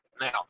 Now